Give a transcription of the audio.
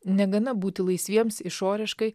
negana būti laisviems išoriškai